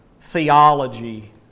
theology